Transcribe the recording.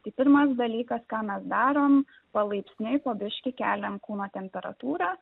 tai pirmas dalykas ką mes darom palaipsniui po biškį keliam kūno temperatūrą